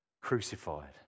crucified